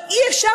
אבל אי-אפשר,